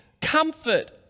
comfort